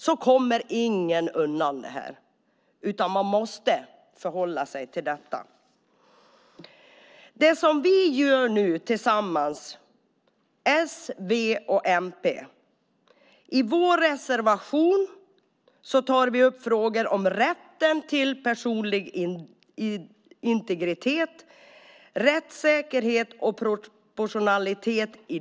Vi i s, v och mp tar i vår reservation upp frågor om rätten till personlig integritet, rättssäkerhet och proportionalitet.